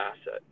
asset